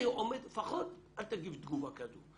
לפחות אל תגיב תגובה כזו.